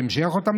שמשייך אותם,